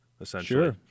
essentially